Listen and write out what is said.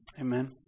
Amen